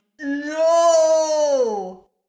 No